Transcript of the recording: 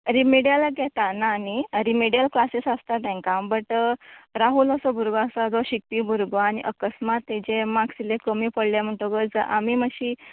रिमेड्यलाक येता ना न्ही रिमेडियल क्लासीस आसता तेंका बट राहूल असो भुरगो आसा जो शिकपी भुरगो आनी अक्स्मात तेजे माक्स इल्ले कमी पडल्या म्हटगूत आमी मात्शी